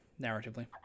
narratively